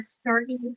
starting